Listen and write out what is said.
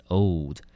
old